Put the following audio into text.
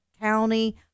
County